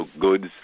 goods